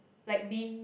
like being